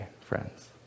friends